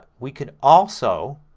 we could also